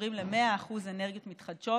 ועוברים ל-100% אנרגיות מתחדשות,